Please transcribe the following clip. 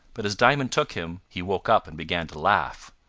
but as diamond took him, he woke up and began to laugh.